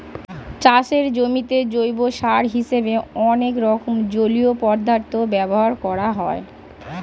চাষের জমিতে জৈব সার হিসেবে অনেক রকম জলীয় পদার্থ ব্যবহার করা হয়